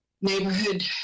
neighborhood